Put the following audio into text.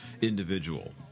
individual